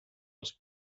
els